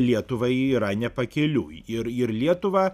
lietuvai yra nepakeliui ir ir lietuvą